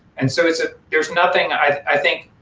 and so there's ah there's nothing, i think,